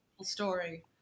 story